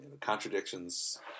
contradictions